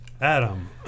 Adam